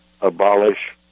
abolish